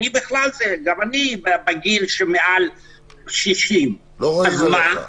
גם אני בגיל שמעל 60. לא רואים עליך.